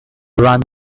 duran